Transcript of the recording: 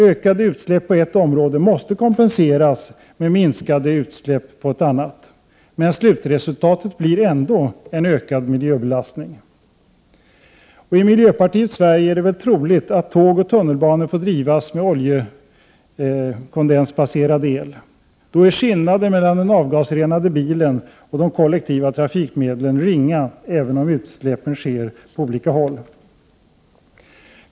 Ökade utsläpp på ett område måste kompenseras med minskande utsläpp på ett annat. Men slutresultatet kommer ändå att bli en ökad miljöbelastning. Och i miljöpartiets Sverige är det väl troligt att tåg och tunnelbanor får drivas med oljekondensbaserad el. Då är skillnaden mellan den avgasrenade bilen och de kollektiva trafikmedlen ringa, även om utsläppen sker på olika ställen.